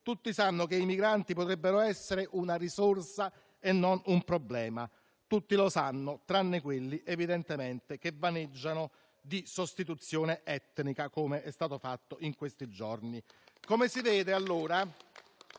Tutti sanno che i migranti potrebbero essere una risorsa e non un problema. Tutti lo sanno, tranne evidentemente quelli che vaneggiano di sostituzione etnica, com'è stato fatto in questi giorni. Come si vede, allora,